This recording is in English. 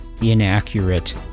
inaccurate